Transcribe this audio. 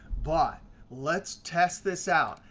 but let's test this out.